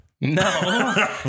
No